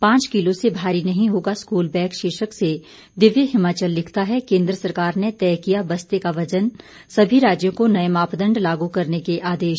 पांच किलो से भारी नहीं होगा स्कूल बैग शीर्षक से दिव्य हिमाचल लिखता है केंद्र सरकार ने तय किया बस्ते का वज़न सभी राज्यों को नए मापदंड लागू करने के आदेश